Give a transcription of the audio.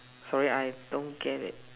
sorry I don't get it